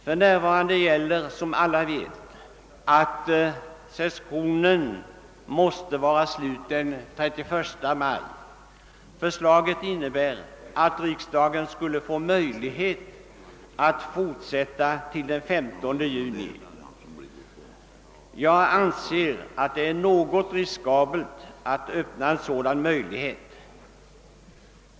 För närvarande gäller, som alla vet, att sessionen måste vara slut den 31 maj. Förslaget innebär att riksdagen skulle få möjlighet att fortsätta sitt arbete till den 15 juni. Jag anser att det är något riskabelt att öppna en sådan möjlighet.